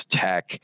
tech